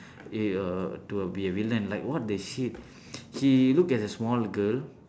it err to a be a villain like what the shit he looked at the small girl